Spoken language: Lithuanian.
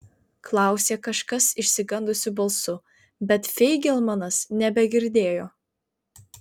klausė kažkas išsigandusiu balsu bet feigelmanas nebegirdėjo